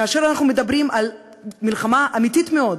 כאשר אנחנו מדברים על מלחמה אמיתית מאוד